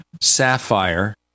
sapphire